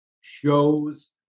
shows